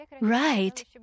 Right